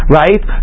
right